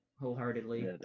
wholeheartedly